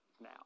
now